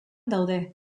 daude